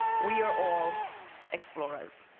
we are all explorers.